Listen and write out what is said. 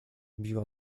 biła